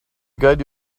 guide